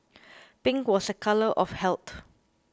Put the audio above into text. pink was a colour of health